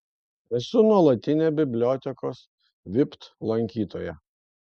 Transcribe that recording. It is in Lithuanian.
esu nuolatinė bibliotekos vipt lankytoja